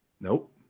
Nope